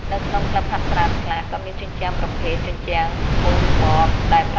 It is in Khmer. នៅក្នុងក្លឹបហាត់ប្រាណខ្លះ ក៏មានជញ្ជាំងប្រភេទ ជញ្ជាំងមូនបត ដែលប្រើប្រាស់ភ្លើង អិល.អ៊ី.ឌី ដើម្បីកំណត់ផ្លូវឡើងតាមរយៈកម្មវិធីទូរស័ព្ទដៃ។